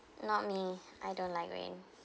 not me I don't like rain